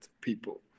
people